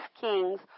kings